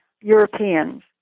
Europeans